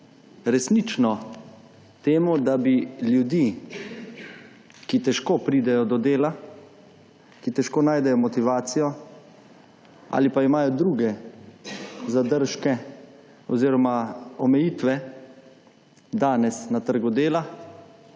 resnično temu, da bi ljudi, ki težko pridejo do dela, ki težko najdejo motivacijo ali pa imajo druge zadržke oziroma omejitve danes na trgu dela,